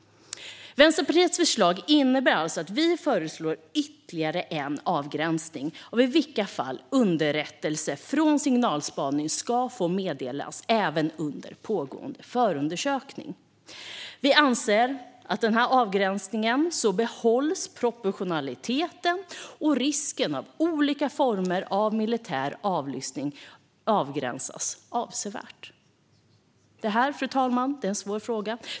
Vänsterpartiet föreslår alltså ytterligare avgränsning av i vilka fall underrättelser från signalspaning ska få meddelas även under pågående förundersökning. Med denna avgränsning anser vi att proportionaliteten behålls, och risken i olika former av militär avlyssning avgränsas avsevärt. Fru talman! Det här är en svår fråga.